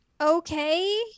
okay